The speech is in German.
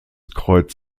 kreuz